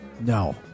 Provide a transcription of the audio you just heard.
No